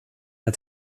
der